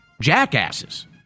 jackasses